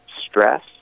stress